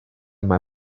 mae